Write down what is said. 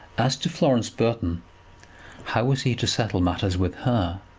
as to florence burton how was he to settle matters with her?